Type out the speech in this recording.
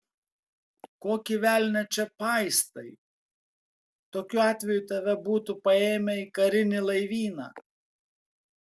kokį velnią čia paistai tokiu atveju tave būtų paėmę į karinį laivyną